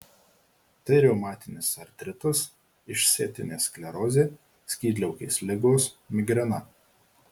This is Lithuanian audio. tai reumatinis artritas išsėtinė sklerozė skydliaukės ligos migrena